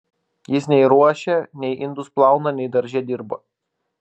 jis nei ruošia nei indus plauna nei darže dirba